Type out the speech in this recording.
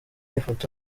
ifoto